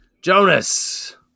Jonas